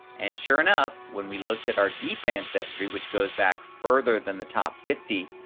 and sure enough, when we looked at our deep ancestry, which goes back further than the top fifty,